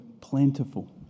plentiful